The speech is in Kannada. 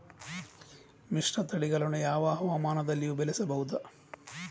ಮಿಶ್ರತಳಿಗಳನ್ನು ಯಾವ ಹವಾಮಾನದಲ್ಲಿಯೂ ಬೆಳೆಸಬಹುದೇ?